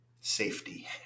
safety